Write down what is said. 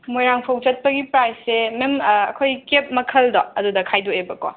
ꯃꯣꯏꯔꯥꯡꯐꯧ ꯆꯠꯄꯒꯤ ꯄ꯭ꯔꯥꯏꯁꯁꯦ ꯃꯦꯝ ꯑꯩꯈꯣꯏ ꯀꯦꯞ ꯃꯈꯜꯗꯣ ꯑꯗꯨꯗ ꯈꯥꯏꯗꯣꯛꯑꯦꯕꯀꯣ